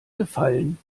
gefallen